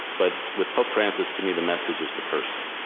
but with pope francis, to me, the message is the person.